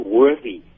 worthy